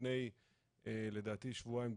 לפני שבועיים,